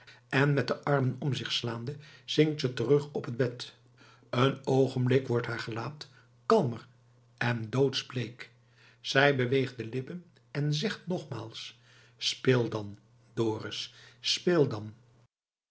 en met de armen om zich slaande zinkt ze terug op het bed een oogenblik wordt haar gelaat kalmer en doodsbleek zij beweegt de lippen en zegt nogmaals speel dan dorus speel dan